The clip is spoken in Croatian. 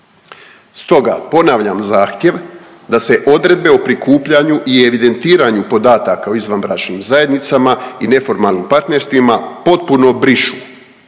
Stoga ponavljam zahtjev da se odredbe o prikupljanju i evidentiranju podataka o izvanbračnim zajednicama i neformalnim partnerstvima potpuno brišu